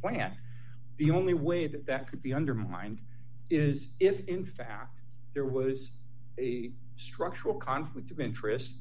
plant the only way that that could be undermined is if in fact there was a structural conflict of interest